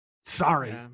sorry